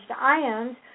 ions